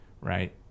right